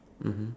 mmhmm